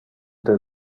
del